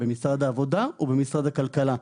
במשרד העבודה או במשרד הכלכלה.